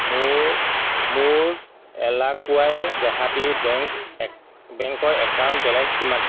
মোৰ মোৰ এলাকুৱাই দেহাতি বেংক এক বেংকৰ একাউণ্ট বেলেঞ্চ কিমান